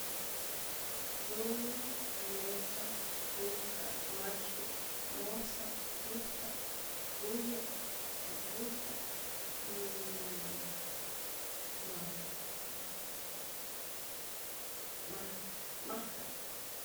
Tumä metza tuka’ maksyku’ mojsa’ tujta’ kuya’ tukurujta’ majk maj majka’